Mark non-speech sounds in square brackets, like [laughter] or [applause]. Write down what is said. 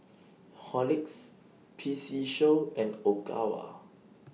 [noise] Horlicks P C Show and Ogawa